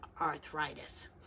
arthritis